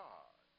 God